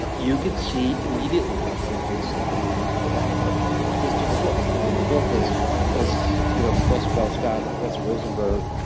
you could see immediately that there was something different about her just in the book. and then the book as you know professor bell-scott and professor rosenberg,